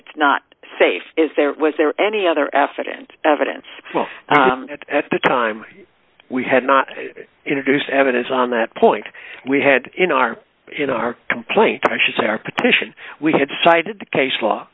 it's not safe is there was there any other effort and evidence that at the time we had not introduced evidence on that point we had in our in our complaint i should say our petition we had cited the case law